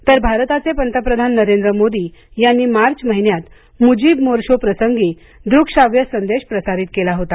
तर भारताचे पंतप्रधान नरेंद मोदी यांनी मार्च महिन्यात मुजीब मोर्शो प्रसंगी दृक्श्राव्य संदेश प्रसारित केला होता